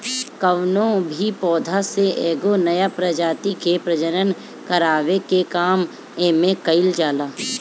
कवनो भी पौधा से एगो नया प्रजाति के प्रजनन करावे के काम एमे कईल जाला